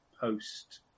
post